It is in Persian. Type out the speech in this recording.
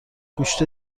گوشت